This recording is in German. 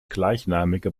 gleichnamige